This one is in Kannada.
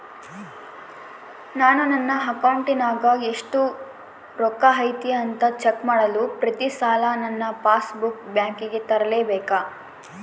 ನಾನು ನನ್ನ ಅಕೌಂಟಿನಾಗ ಎಷ್ಟು ರೊಕ್ಕ ಐತಿ ಅಂತಾ ಚೆಕ್ ಮಾಡಲು ಪ್ರತಿ ಸಲ ನನ್ನ ಪಾಸ್ ಬುಕ್ ಬ್ಯಾಂಕಿಗೆ ತರಲೆಬೇಕಾ?